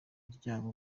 ryabo